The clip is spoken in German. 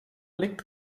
liegt